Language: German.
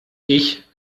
ich